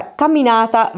camminata